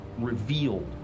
revealed